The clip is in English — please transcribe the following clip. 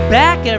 back